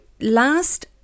last